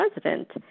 president